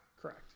correct